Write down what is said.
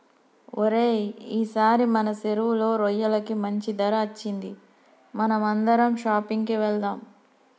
ఓరై ఈసారి మన సెరువులో రొయ్యలకి మంచి ధర అచ్చింది మనం అందరం షాపింగ్ కి వెళ్దాం